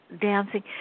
dancing